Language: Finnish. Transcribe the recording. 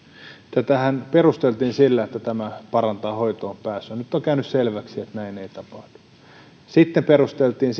tätähän perusteltiin sillä että tämä parantaa hoitoon pääsyä nyt on käynyt selväksi että näin ei tapahdu sitten sitä perusteltiin